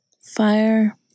fire